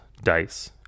dice